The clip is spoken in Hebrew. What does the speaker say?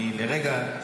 תמשיך.